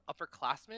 upperclassmen